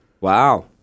Wow